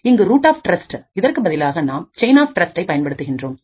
இங்கு root of trust இதற்கு பதிலாக நாம் செயின் ஆப் டிரஸ்டை பயன்படுத்துகின்றோம்